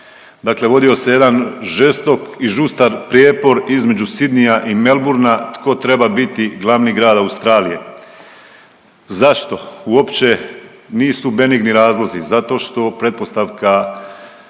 dakle vodio se jedan žestok i žustar prijepor između Sydneyja i Melbournea tko treba biti glavni grad Australije. Zašto uopće nisu benigni razlozi? Zato što pretpostavka